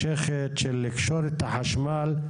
כי קושרים בין חשמל לחיבור